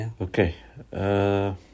Okay